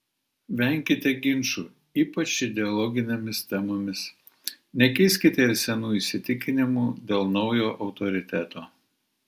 venkite ginčų ypač ideologinėmis temomis nekeiskite ir senų įsitikinimų dėl naujo autoriteto